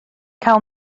cael